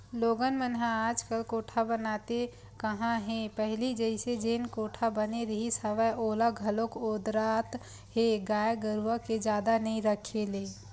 लोगन मन ह आजकल कोठा बनाते काँहा हे पहिली जइसे जेन कोठा बने रिहिस हवय ओला घलोक ओदरात हे गाय गरुवा के जादा नइ रखे ले